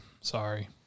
Sorry